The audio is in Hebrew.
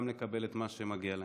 וגם לקבל את מה שמגיע להם.